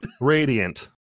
Radiant